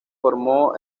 formó